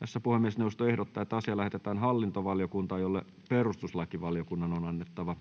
asia. Puhemiesneuvosto ehdottaa, että asia lähetetään hallintovaliokuntaan, jolle perustuslakivaliokunnan on annettava